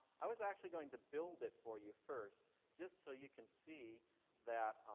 i was actually going to build it for you first just so you can see that,